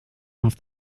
off